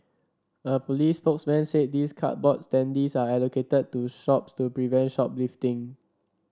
a police spokesman said these cardboard standees are allocated to shops to prevent shoplifting